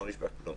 לא נשפך כלום.